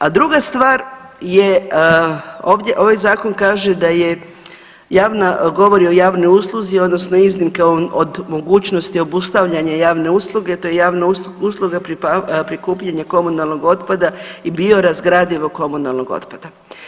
A druga stvar, ovaj zakon kaže da je, govori o javnoj usluzi odnosno iznimke od mogućnosti obustavljanja javne usluge, to je javna usluga prikupljanja komunalnog otpada i biorazgradivog komunalnog otpada.